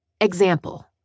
Example